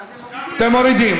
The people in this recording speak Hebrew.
מורידים.